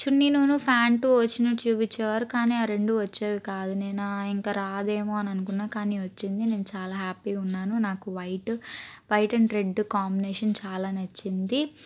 చున్నీను pant వచ్చినట్టు చూపించేవారు కానీ ఆ రెండు వచ్చేవి కాదు నేనా ఇంకా రాదేమో అనుకున్నా కానీ వచ్చింది నేను చాలా హ్యాపీగా ఉన్నాను నాకు white white and red combination చాలా నచ్చింది